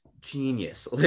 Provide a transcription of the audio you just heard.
genius